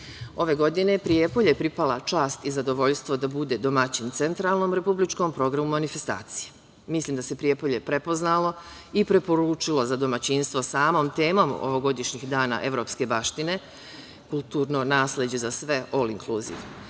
godine Prijepolju je pripala čast i zadovoljstvo da bude domaćin centralnom republičkom programu manifestacije. Mislim da se Prijepolje prepoznalo i preporučilo za domaćinstvo samom temom ovogodišnjih „Dana evropske baštine“, kulturno nasleđe za sve ol-inkluziv.U